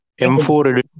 m4